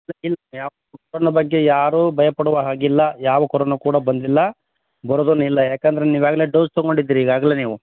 corona ಬಗ್ಗೆ ಯಾರೂ ಭಯಪಡುವ ಹಾಗಿಲ್ಲ ಯಾವ ಕೊರೋನಾ ಕೂಡ ಬಂದಿಲ್ಲ ಬರೋದು ಇಲ್ಲ ಯಾಕಂದ್ರೆ ನೀವು ಆಗಲೇ ಡೋಸ್ ತೊಗೊಂಡಿದ್ದಿರಿ ಈಗಾಗಲೇ ನೀವು